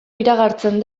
iragartzen